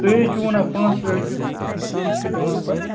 تُہۍ حظ چھِ وَنان پانٛژھ ترٕٛہ رۄپیہِ چھُو دِوان پَتہٕ